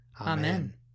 Amen